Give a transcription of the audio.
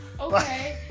Okay